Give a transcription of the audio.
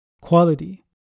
Quality